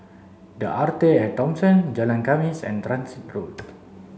the Arte at Thomson Jalan Khamis and Transit Road